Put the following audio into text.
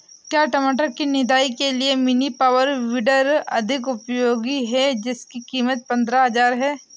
क्या टमाटर की निदाई के लिए मिनी पावर वीडर अधिक उपयोगी है जिसकी कीमत पंद्रह हजार है?